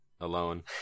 alone